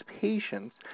patients